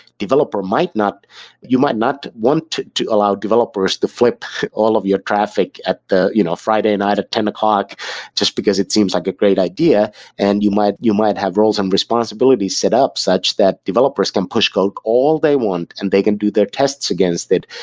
developer might not you might not want to to allow developers to flip all of your traffic at you know friday night at ten zero just because it seems like a great idea and you might you might have roles and responsibilities set up such that developers can push code all they want and they can do their tests against it,